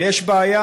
אבל יש בעיה: